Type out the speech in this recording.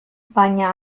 baina